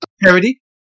parody